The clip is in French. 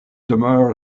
demeure